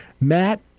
Matt